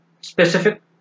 Specific